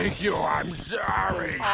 ah you know i'm sorry!